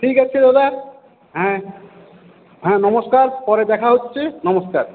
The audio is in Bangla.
ঠিক আছে দাদা হ্যাঁ হ্যাঁ নমস্কার পরে দেখা হচ্ছে নমস্কার